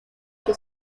que